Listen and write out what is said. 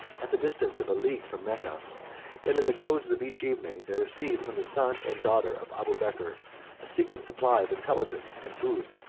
at the distance of a league from mecca and in the close of each evening, they received from the son and daughter of abubeker a secret supply of intelligence and food.